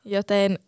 Joten